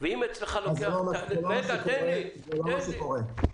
זה לא מה שקורה.